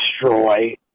destroy